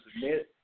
submit